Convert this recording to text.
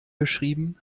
geschrieben